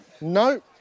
no